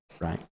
right